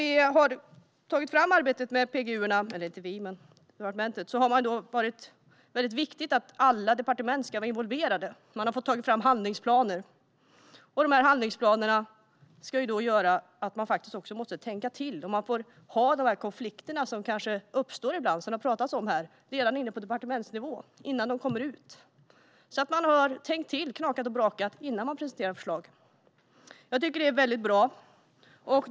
I departementets arbete med PGU har det varit väldigt viktigt att alla departement varit involverade. Man har fått ta fram handlingsplaner. De här handlingsplanerna gör att man måste tänka till. De konflikter som kanske uppstår ibland, som det har pratats om här, får man ha redan på departementsnivå, innan det kommer ut. Man har alltså tänkt till så det knakat och brakat innan man presenterar förslag. Jag tycker att det är väldigt bra.